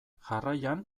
jarraian